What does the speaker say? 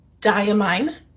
Diamine